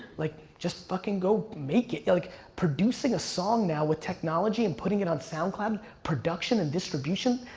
like, just fucking go make it, like producing a song now with technology and putting it on soundcloud, production and distribution.